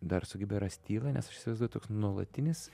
dar sugebi rast tylą nes aš įsivaizduoju toks nuolatinis